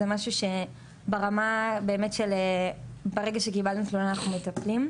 זה משהו באמת ברמה שברגע שקיבלנו תשובה אנחנו מטפלים.